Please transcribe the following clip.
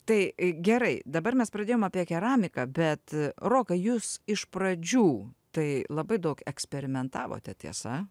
tai gerai dabar mes pradėjom apie keramiką bet rokai jūs iš pradžių tai labai daug eksperimentavote tiesa